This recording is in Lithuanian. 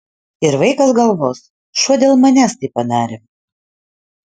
ir vaikas galvos šuo dėl manęs tai padarė